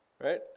Right